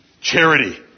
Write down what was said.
Charity